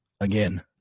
again